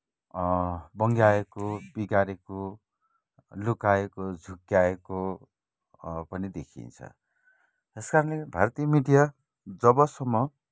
बङ्ग्याएको बिगारेको लुकाएको झुक्क्याएको पनि देखिन्छ यस कारणले भारतीय मिडिया जबसम्म